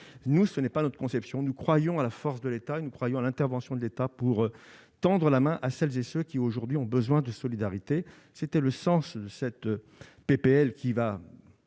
nous, ce n'est pas notre conception nous croyons à la force de l'État et nous croyons à l'intervention de l'État pour tendre la main à celles et ceux qui aujourd'hui ont besoin de solidarité, c'était le sens de cette PPL qui va